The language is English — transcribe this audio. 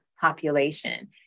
population